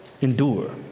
endure